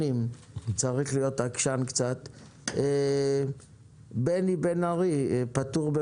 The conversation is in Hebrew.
יום כמ"פ במילואים והוא מאוד מעריך אותו כבן אדם ועל תרומתו